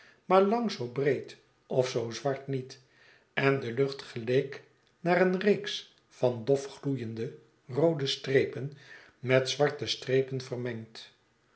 maar lang zoo breed of zoo zwart niet en de lucht geleek naar een reeks van dof gloeiende roode strepen met zwarte strepen vermengd